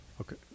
Okay